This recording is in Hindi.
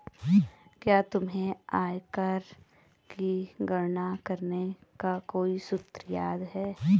क्या तुम्हें आयकर की गणना करने का कोई सूत्र याद है?